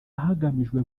hagamijwe